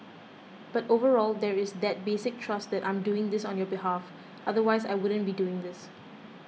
but overall there is that basic trust that I'm doing this on your behalf otherwise I wouldn't be doing this